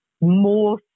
more